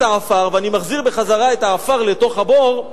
העפר ואני מחזיר חזרה את העפר לתוך הבור,